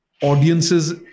audiences